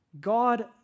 God